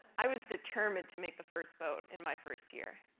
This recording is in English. i was determined to make the first vote in my first year,